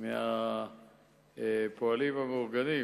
מהפועלים המאורגנים